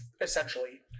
essentially